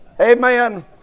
Amen